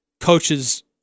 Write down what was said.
coaches